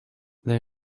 they